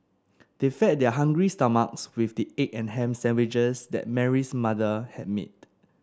they fed their hungry stomachs with the egg and ham sandwiches that Mary's mother had made